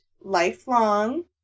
lifelong